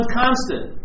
constant